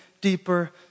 deeper